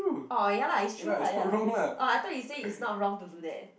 oh ya lah it's true lah ya lah oh I thought you say it's not wrong to do that